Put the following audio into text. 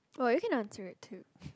oh you can answer it too